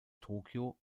tokio